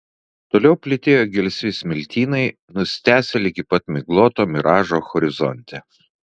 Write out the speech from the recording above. toliau plytėjo gelsvi smiltynai nusitęsę ligi pat migloto miražo horizonte